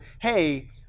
hey